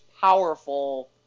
powerful